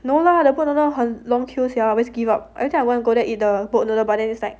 no lah the boat noodles 很 long queues sia I always give up everytime I wanna go there eat the boat noodle but then it's like